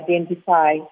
identify